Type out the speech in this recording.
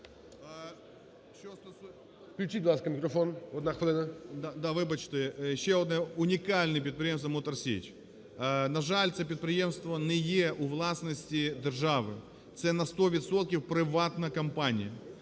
Ще одне унікальне підприємство – "Мотор Січ". На жаль, це підприємство не є у власності держави. Це на 100 відсотків приватна компанія.